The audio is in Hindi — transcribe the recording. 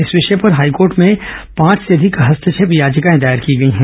इस विषय पर हाईकोर्ट में पांच से अधिक हस्तक्षेप याचिकाएं दायर की गई हैं